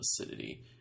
acidity